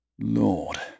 Lord